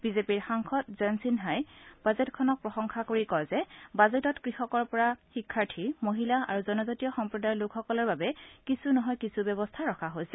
বিজেপিৰ সাংসদ জয়ন্ত সিনহাই বাজেটখনক প্ৰসংশা কৰি কয় যে বাজেটত কৃষকৰ পৰা শিক্ষাৰ্থী মহিলা আৰু জনজাতীয় সম্প্ৰদায়ৰ লোকসকলৰ বাবে কিছু নহয় কিছু ব্যৱস্থা ৰখা হৈছে